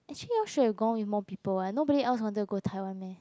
actually you all should have gone with more people [what] nobody else wanted to go Taiwan meh